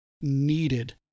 needed